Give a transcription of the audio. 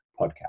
podcast